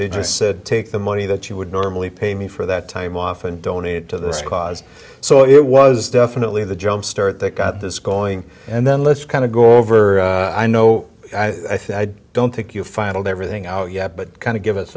they just said take the money that you would normally pay me for that time off and donate to this cause so it was definitely the jumpstart that got this going and then let's kind of go over i know i think i don't think you final the everything out yet but kind of give us